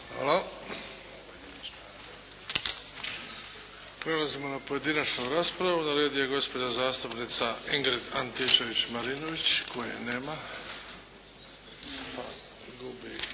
Hvala. Prelazimo na pojedinačnu raspravu. Na redu je gospođa zastupnica Ingrid Antičević Marinović, koje nema. Gubi